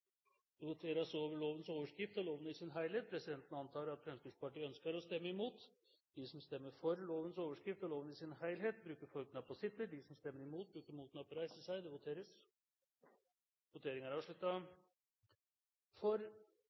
Det voteres over lovens overskrift og loven i sin helhet. Presidenten antar at Fremskrittspartiet ønsker å stemme imot. Lovvedtaket vil bli satt opp til andre gangs behandling i et senere møte i Stortinget. Det voteres over lovens overskrift og loven i sin helhet.